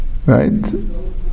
Right